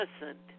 innocent